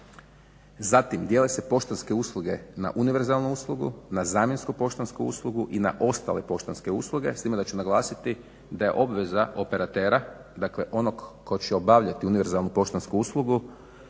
Zatim dijele se poštanske usluge na univerzalnu uslugu, na zamjensku poštansku uslugu i na ostale poštanske usluge s time da ću naglasiti da je obveza operatera dakle onog tko će obavljati univerzalnu poštansku uslugu